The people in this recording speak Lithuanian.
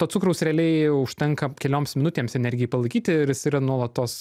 to cukraus realiai užtenka kelioms minutėms energijai palaikyti ir jis yra nuolatos